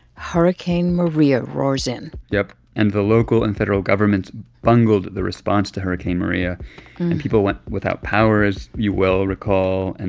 hurricane maria roars in yep. and the local and federal governments bungled the response to hurricane maria, and people went without power, as you well recall, and